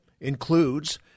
includes